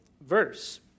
verse